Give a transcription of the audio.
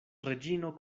reĝino